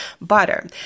butter